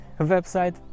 website